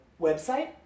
website